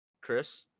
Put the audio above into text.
Chris